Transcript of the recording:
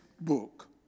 book